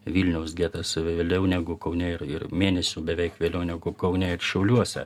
vilniaus getas vėliau negu kaune ir ir mėnesiu beveik vėliau negu kaune ir šiauliuose